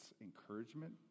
encouragement